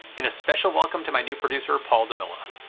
and a special welcome to my new producer, paul duvilla.